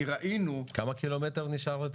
כי ראינו --- כמה קילומטר נשאר?